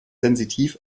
sensitiv